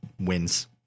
wins